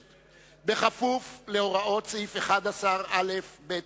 בכפוף להוראות סעיף 11(א) ו-(ב)